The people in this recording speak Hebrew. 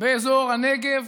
באזור הנגב,